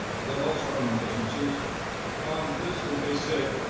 that also owned businesses this, and they said,